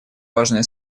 важное